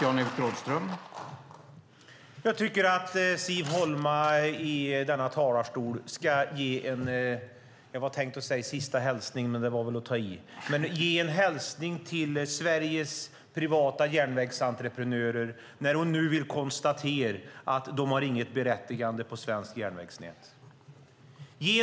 Herr talman! Jag tycker att Siv Holma från talarstolen ska ge - jag tänkte säga en sista hälsning, men det är väl att ta i - en hälsning till Sveriges privata järnvägsentreprenörer när hon nu vill konstatera att de inte har något berättigande på det svenska järnvägsnätet.